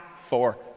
four